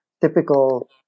typical